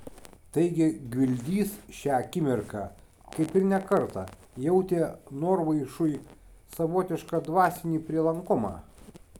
taigi gvildys šią akimirką kaip ir ne kartą jautė norvaišui savotišką dvasinį prielankumą